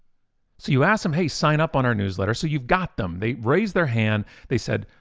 so you ask them, hey, sign up on our newsletter? so you've got them, they raised their hand. they said,